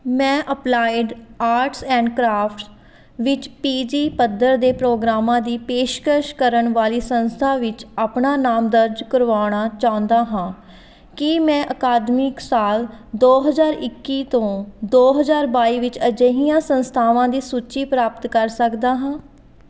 ਮੈਂ applied arts and crafts ਵਿੱਚ P G ਪੱਧਰ ਦੇ ਪ੍ਰੋਗਰਾਮਾਂ ਦੀ ਪੇਸ਼ਕਸ਼ ਕਰਨ ਵਾਲੀ ਸੰਸਥਾ ਵਿੱਚ ਆਪਣਾ ਨਾਮ ਦਰਜ ਕਰਵਾਉਣਾ ਚਾਹੁੰਦਾ ਹਾਂ ਕੀ ਮੈਂ ਅਕਾਦਮਿਕ ਸਾਲ ਦੋ ਹਜ਼ਾਰ ਇੱਕੀ ਤੋਂ ਦੋ ਹਜ਼ਾਰ ਬਾਈ ਵਿੱਚ ਅਜਿਹੀਆਂ ਸੰਸਥਾਵਾਂ ਦੀ ਸੂਚੀ ਪ੍ਰਾਪਤ ਕਰ ਸਕਦਾ ਹਾਂ